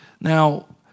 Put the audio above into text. Now